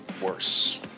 Worse